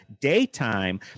daytime